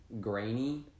grainy